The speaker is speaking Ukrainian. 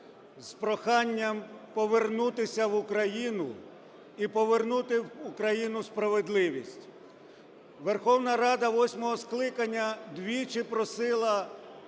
з проханням повернулися в Україну і повернути в Україну справедливість. Верховна Рада восьмого скликання двічі просила